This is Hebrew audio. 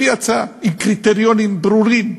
הביא הצעה עם קריטריונים ברורים.